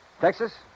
Texas